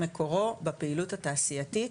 מקורו בפעילות התעשייתית